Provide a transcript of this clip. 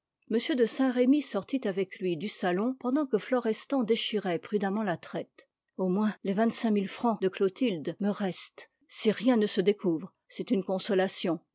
m de saint-remy sortit avec lui du salon pendant que florestan déchirait prudemment la traite au moins les vingt-cinq mille francs de clotilde me restent si rien ne se découvre c'est une consolation